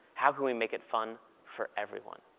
how can we make it fun for everyone?